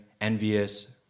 envious